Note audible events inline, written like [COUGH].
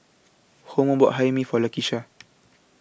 Homer bought Hae Mee For Lakesha [NOISE]